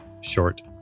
short